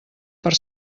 per